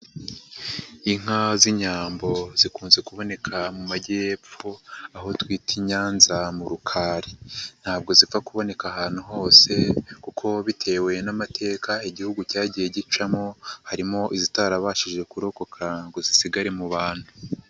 Inka z'Inyambo zikunze kuboneka mu majyepfo, aho twita i Nyanza mu rukari, ntabwo zipfa kuboneka ahantu hose kuko bitewe n'amateka Igihugu cyagiye gicamo, harimo izitarabashije kurokoka ngo zisigare mu bantu.